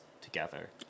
together